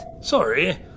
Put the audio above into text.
Sorry